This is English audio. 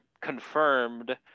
confirmed